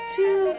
Two